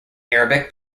arabic